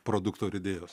produkto ar idėjos